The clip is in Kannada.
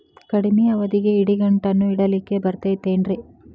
ಕಡಮಿ ಅವಧಿಗೆ ಇಡಿಗಂಟನ್ನು ಇಡಲಿಕ್ಕೆ ಬರತೈತೇನ್ರೇ?